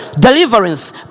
Deliverance